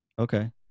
Okay